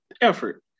effort